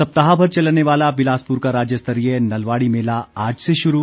सप्ताह भर चलने वाला बिलासपुर का राज्यस्तरीय नलवाड़ी मेला आज से शुरू